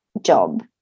job